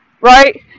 right